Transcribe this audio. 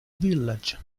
village